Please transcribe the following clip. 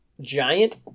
giant